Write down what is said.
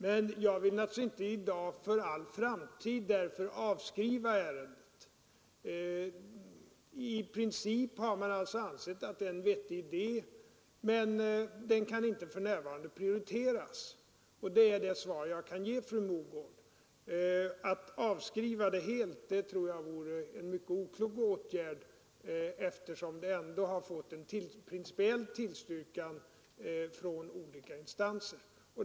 Men jag vill naturligtvis inte i dag avskriva ärendet för all framtid. I princip har man alltså ansett att det är en vettig idé, men den kan inte för närvarande prioriteras. Det är det svar jag kan ge fru Mogård. Att avskriva förslaget helt tror jag vore en mycket oklok åtgärd, eftersom det ändå har fått en principiell tillstyrkan från olika instanser.